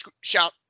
shout